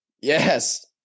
Yes